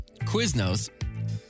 Quiznos